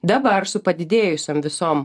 dabar su padidėjusiom visom